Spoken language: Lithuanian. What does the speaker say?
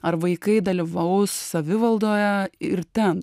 ar vaikai dalyvaus savivaldoje ir ten